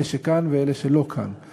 אלה שכאן ואלה שלא כאן,